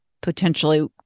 potentially